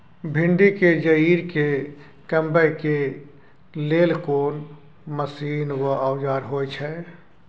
भिंडी के जईर के कमबै के लेल कोन मसीन व औजार होय छै?